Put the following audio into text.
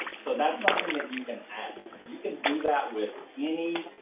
so that's something that you can add. you can do that with any